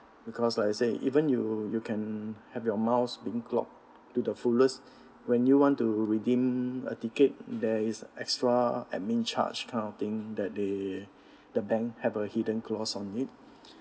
because like I say even you you can have your miles being clocked to the fullest when you want to redeem a ticket there is extra admin charge kind of thing that they the bank have a hidden clause on it